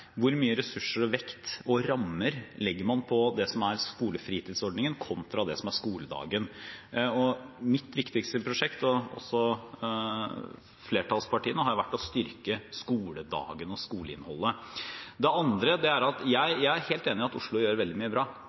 skolefritidsordningen, kontra det som er skoledagen. Mitt – og flertallspartienes – viktigste prosjekt har vært å styrke skoledagen og skoleinnholdet. Det andre er at jeg er helt enig i at Oslo gjør veldig mye bra